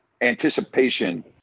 anticipation